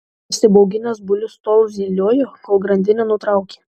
įsibauginęs bulius tol zyliojo kol grandinę nutraukė